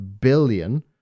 billion